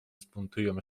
zbuntują